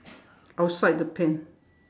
outside the pen